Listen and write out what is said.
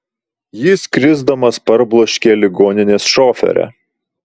jis krisdamas parbloškė ligoninės šoferę